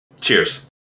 cheers